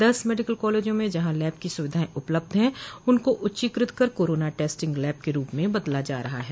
दस मेडिकल कॉलेजों में जहां लैब की सुविधाएं उपलब्ध है उनको उच्चीकृत कर कोरोना टेस्टिंग लैब के रूप में बदला जा रहा है